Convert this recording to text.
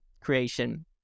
creation